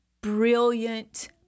brilliant